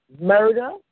murder